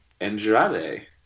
Andrade